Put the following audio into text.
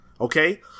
okay